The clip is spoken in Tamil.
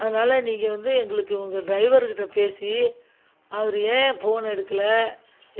அதனால் நீங்கள் வந்து எங்களுக்கு உங்கள் ட்ரைவருகிட்டே பேசி அவர் ஏன் ஃபோன் எடுக்கலை